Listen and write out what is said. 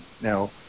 Now